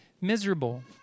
miserable